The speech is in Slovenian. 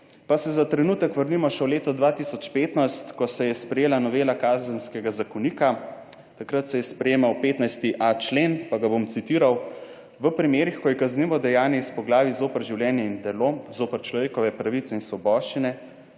Pa se za trenutek vrnimo še v leto 2015, ko se je sprejela novela Kazenskega zakonika. Takrat se je sprejemal 15.a člen, pa ga bom citiral: »V primerih, ko je kaznivo dejanje iz poglavij zoper življenje in telo, zoper človekove pravice in svoboščine,